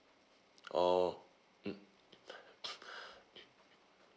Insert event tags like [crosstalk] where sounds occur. oh mm [breath]